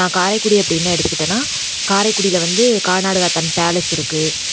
நான் காரைக்குடி அப்படின்னு எடுத்துகிட்டேனா காரைக்குடியில் வந்து கானாடு காத்தான் பேலஸ் இருக்குது